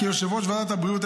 כיושב-ראש ועדת הבריאות,